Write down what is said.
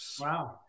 Wow